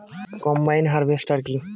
Combine harvester কি?